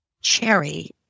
cherry